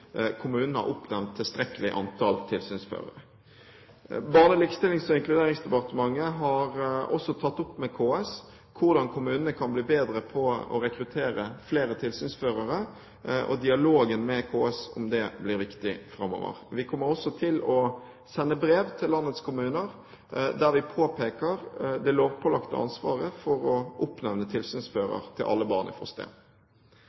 kommunene vektlegger derfor fylkesmannen også spørsmålet om kommunen har oppnevnt tilstrekkelig antall tilsynsførere. Barne-, likestillings og inkluderingsdepartementet har også tatt opp med KS hvordan kommunene kan bli bedre på å rekruttere flere tilsynsførere, og dialogen med KS om det blir viktig framover. Vi kommer også til å sende brev til landets kommuner der vi påpeker det lovpålagte ansvaret for å oppnevne